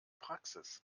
praxis